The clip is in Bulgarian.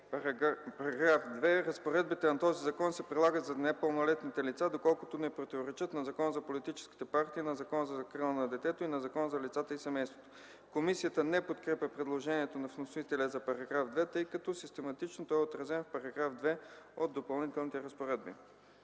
„§ 2. Разпоредбите на този закон се прилагат за непълнолетните лица, доколкото не противоречат на Закона за политическите партии, на Закона за закрила на детето и на Закона за лицата и семейството.” Комисията не подкрепя предложението на вносителя за § 2, тъй като систематично той е отразен в § 2 от Допълнителните разпоредби.